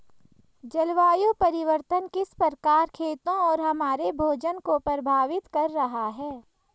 जलवायु परिवर्तन किस प्रकार खेतों और हमारे भोजन को प्रभावित कर रहा है?